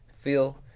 feel